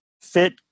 fit